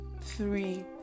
three